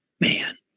man